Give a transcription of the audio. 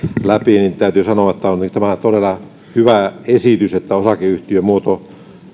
läpi niin täytyy sanoa että tämä on todella hyvä esitys että osakeyhtiömuoto